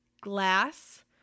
glass